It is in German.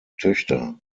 töchter